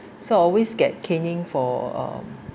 so always get caning for uh